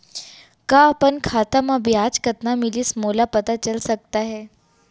का अपन खाता म ब्याज कतना मिलिस मोला पता चल सकता है?